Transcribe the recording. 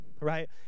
Right